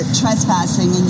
trespassing